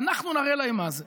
ואנחנו נראה להם מה זה.